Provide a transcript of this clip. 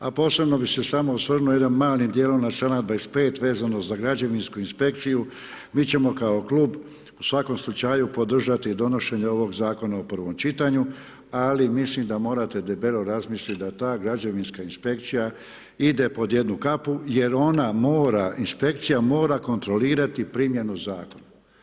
A posebno bih se samo osvrnuo jednim malim dijelom na članak 25. vezano za građevinsku inspekciju, mi ćemo kao klub u svakom slučaju podržati donošenje ovog zakona u prvom čitanju ali mislim da morate debelo razmisliti da ta građevinska inspekcija ide pod jednu kapu jer ona mora, inspekcija mora kontrolirati primjenu zakona.